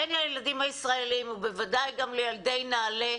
הן לילדים הישראלים ובוודאי גם לילדי נעל"ה,